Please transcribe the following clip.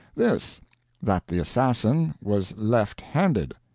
this that the assassin was left-handed.